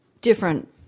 different